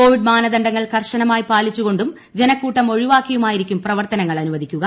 Covid മാനദണ്ഡങ്ങൾ കർശ്നമായി പാലിച്ച് കൊണ്ടും ജനക്കൂട്ടം ഒഴിവാക്കിയുമായിരിക്കും പ്രവർത്തനങ്ങൾ അനുവദിക്കുക